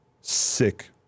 sick